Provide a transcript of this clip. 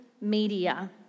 media